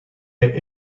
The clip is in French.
est